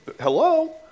hello